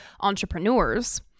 entrepreneurs